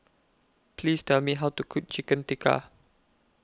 Please Tell Me How to Cook Chicken Tikka